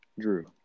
Drew